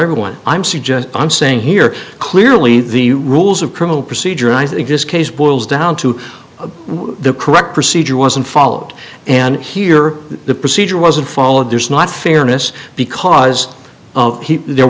everyone i'm suggesting i'm saying here clearly the rules of criminal procedure i think this case boils down to the correct procedure wasn't followed and here are the procedure wasn't followed there's not fairness because of people there